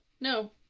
no